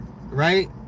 right